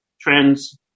trends